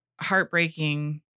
heartbreaking